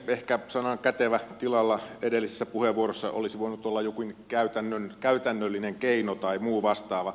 ehkä sanan kätevä tilalla edellisessä puheenvuorossa olisi voinut olla jokin käytännöllinen keino tai muu vastaava